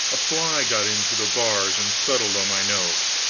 a fly got in through the bars and settled on my nose,